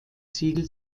ziel